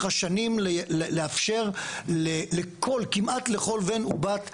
השנים לאפשר כמעט לכל בן ובת שרוצים,